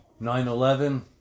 9-11